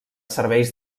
serveis